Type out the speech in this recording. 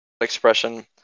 expression